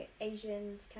Asians